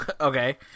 Okay